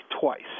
twice